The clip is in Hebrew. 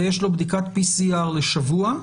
ויש לו בדיקת PCR לשבוע,